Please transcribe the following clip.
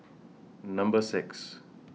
Number six